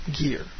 gear